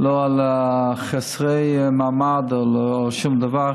לא על חסרי המעמד ולא על שום דבר.